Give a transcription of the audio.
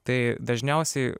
tai dažniausiai